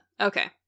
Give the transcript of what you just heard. Okay